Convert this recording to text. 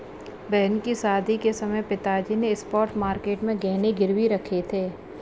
बहन की शादी के समय पिताजी ने स्पॉट मार्केट में गहने गिरवी रखे थे